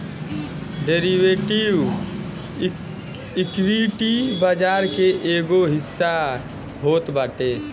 derivative, equity बाजार के एगो हिस्सा होत बाटे